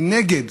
מנגד,